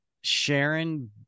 Sharon